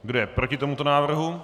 Kdo je proti tomuto návrhu?